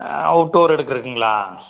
out door எடுக்கிறக்குங்ளா